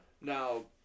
Now